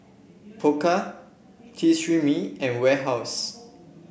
Pokka Tresemme and Warehouse